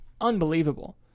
Unbelievable